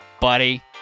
buddy